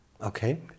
Okay